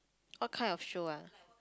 what kind of show ah